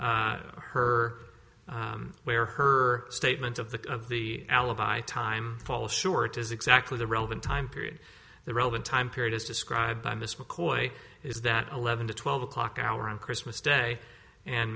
her where her statement of the of the alibi time fall short is exactly the relevant time period the relevant time period as described by miss mccoy is that eleven to twelve o'clock hour on christmas day and